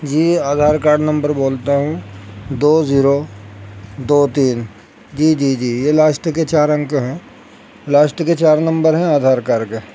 جی Aadhaar card number بولتا ہوں دو زیرو دو تین جی جی جی یہ لاسٹ کے چار انک ہیں لاسٹ کے چار نمبر ہیں آدھار کارڈ کے